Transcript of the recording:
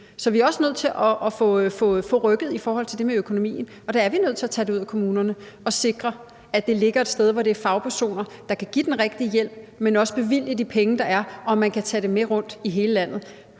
så vi er også nødt til at få rykket i forhold til det med økonomien. Der er vi nødt til at tage det ud af kommunerne og sikre, at det ligger et sted, hvor det er fagpersoner, der kan give den rigtige hjælp, men også bevilge de penge, der er, og man skal kunne tage det med rundt i hele landet.